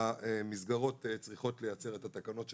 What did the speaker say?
המסגרות צריכות לייצר את התקנות שלהן.